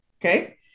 Okay